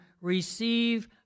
Receive